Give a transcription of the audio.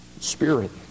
Spirit